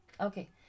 Okay